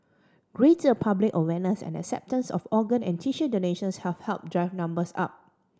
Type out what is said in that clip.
greater public awareness and acceptance of organ and tissue donations have helped drive numbers up